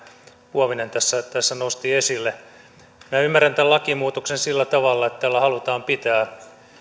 huovinen tässä tässä nosti esille minä ymmärrän tämän lakimuutoksen sillä tavalla että tällä halutaan pitää